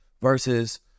versus